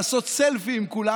לעשות סלפי עם כולם,